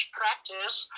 practice